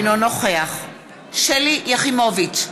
אינו נוכח שלי יחימוביץ,